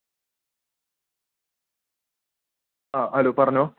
ആഹാ ഇപ്പം പ്ളയേർസിന് മാറ്റം വല്ലതുമുണ്ടോ ജപ്പാനും അവരക്കെ തന്നെയാണോ